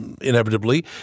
inevitably